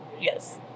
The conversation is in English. yes